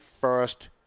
first